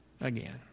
again